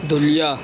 دولیا